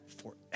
forever